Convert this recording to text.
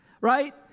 right